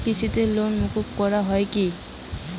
কৃষকদের লোন মুকুব করা হয় কি?